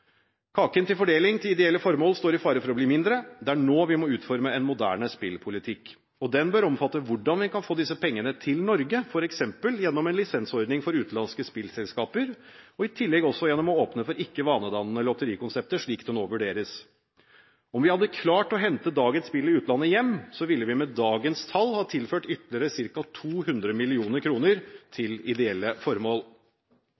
Kaken til fordeling til ideelle formål står i fare for å bli mindre. Det er nå vi må utforme en moderne spillpolitikk. Den bør omfatte hvordan vi kan få disse pengene til Norge, f.eks. gjennom en lisensordning for utenlandske spillselskaper og i tillegg også gjennom å åpne for ikke vanedannende lotterikonsepter, slik det nå vurderes. Om vi hadde klart å hente dagens spill i utlandet hjem, ville vi med dagens tall ha tilført ytterligere ca. 200